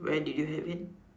where did you have it